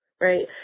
Right